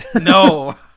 No